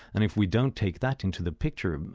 and if we don't take that into the picture,